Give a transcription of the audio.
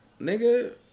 Nigga